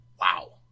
Wow